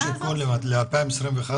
יש עדכון של הלמ"ס ל-2021?